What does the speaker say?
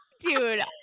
dude